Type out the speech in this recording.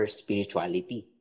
spirituality